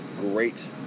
great